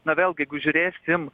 na vėlgi jeigu žiūrėsim